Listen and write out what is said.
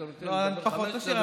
אתה רוצה, פחות.